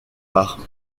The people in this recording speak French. par